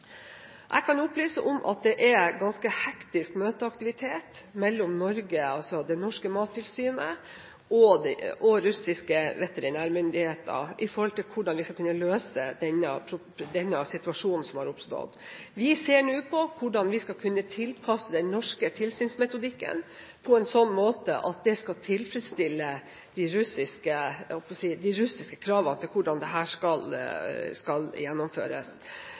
Jeg kan opplyse om at det er ganske hektisk møteaktivitet mellom det norske Mattilsynet og russiske veterinærmyndigheter når det gjelder hvordan vi skal kunne løse den situasjonen som har oppstått. Vi ser nå på hvordan vi skal kunne tilpasse den norske tilsynsmetodikken på en sånn måte at det tilfredsstiller de russiske kravene til hvordan dette skal gjennomføres. Men det må sies at i utgangspunktet har Norge et system som baserer seg på at det er den enkelte virksomhet selv som skal